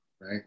right